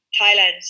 Thailand